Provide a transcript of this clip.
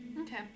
Okay